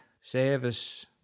service